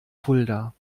fulda